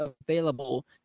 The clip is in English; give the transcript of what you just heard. available